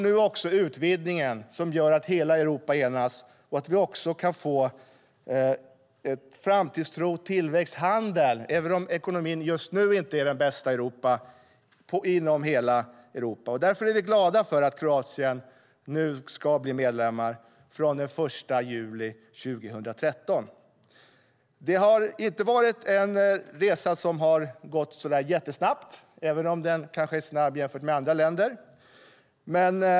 Nu gäller det utvidgningen som gör att hela Europa kan enas och få framtidstro, tillväxt och handel, även om ekonomin i Europa inte är den bästa just nu. Därför är vi glada att Kroatien blir medlem från den 1 juli 2013. Resan har inte gått jättesnabbt, även om den kanske varit snabb i jämförelse med andra länder.